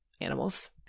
animals